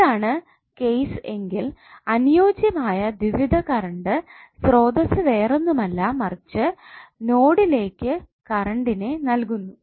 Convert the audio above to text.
ഇതാണ് കേസ് എങ്കിൽ അനുയോജ്യമായ ദ്വിവിധംകറണ്ട് സ്ത്രോതസ്സു വേറൊന്നുമല്ല മറിച്ചു നൊഡിലേക് കറണ്ടിനെ നൽകുന്നു